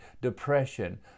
depression